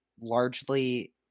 largely